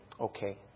Okay